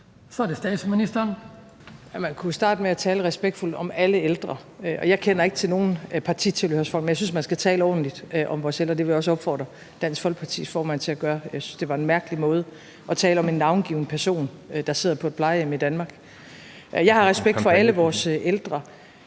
(Mette Frederiksen): Man kunne jo starte med at tale respektfuldt om alle ældre. Jeg kender ikke til noget partitilhørsforhold, men jeg synes, man skal tale ordentligt om vores ældre, og det vil jeg også opfordre Dansk Folkepartis formand til at gøre. Jeg synes, det var en mærkelig måde at tale om en navngiven person, der sidder på et plejehjem i Danmark, på. Jeg har respekt for alle vores ældre.